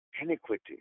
iniquity